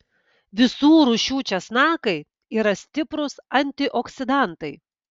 visų rūšių česnakai yra stiprūs antioksidantai